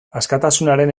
askatasunaren